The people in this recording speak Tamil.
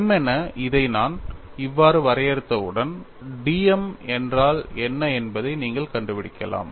m என இதை நான் இவ்வாறு வரையறுத்தவுடன் dm என்றால் என்ன என்பதை நீங்கள் கண்டுபிடிக்கலாம்